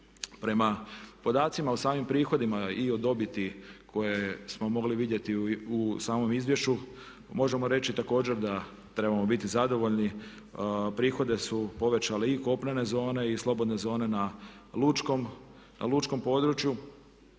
Prema podacima o samim prihodima i o dobiti koje smo mogli vidjeti u samom izvješću, možemo reći također da trebamo biti zadovoljni. Prihode su povećale i kopnene zone i slobodne zone na Lučkom području.